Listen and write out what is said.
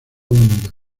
unidos